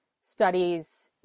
studies